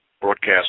broadcast